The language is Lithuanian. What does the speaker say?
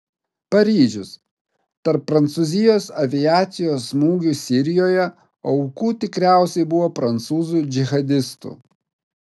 paryžius tarp prancūzijos aviacijos smūgių sirijoje aukų tikriausiai buvo prancūzų džihadistų